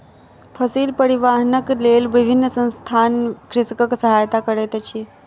फसिल परिवाहनक लेल विभिन्न संसथान कृषकक सहायता करैत अछि